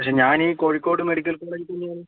പക്ഷേ ഞാനീ കോഴിക്കോട് മെഡിക്കൽ കോളേജിൽ തന്നെയാണ്